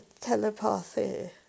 telepathy